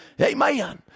amen